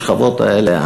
השכבות האלה,